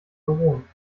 euronen